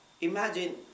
Imagine